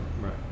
Right